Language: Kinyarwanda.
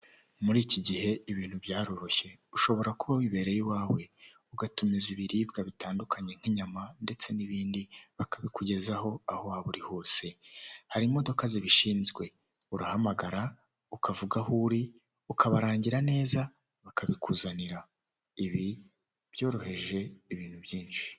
Muri iki gihe ibintu byaroroshye, ushobora kuba wibereye iwawe ugatumiza ibiribwa bitandukanye nk'inyama ndetse n'ibindi bakabikugezaho aho waba uri hose. Hari imodoka zibishinzwe urahamagara ukavuga aho uri ukabarangira neza bakabikuzanira ibi byoroheje ibintu byinshi.